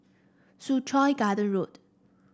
Soo Chow Garden Road